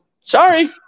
sorry